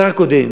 השר הקודם